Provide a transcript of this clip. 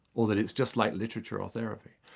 or that it's just like literature or therapy.